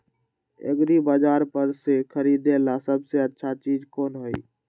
एग्रिबाजार पर से खरीदे ला सबसे अच्छा चीज कोन हई?